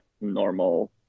normal